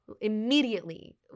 Immediately